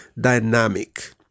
dynamic